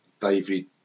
David